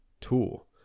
tool